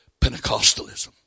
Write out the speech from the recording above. Pentecostalism